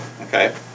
Okay